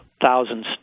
thousands